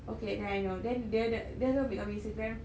okay then I know then dia dia dia lor become Instagram